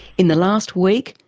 in the last week,